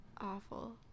awful